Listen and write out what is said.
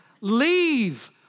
Leave